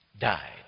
died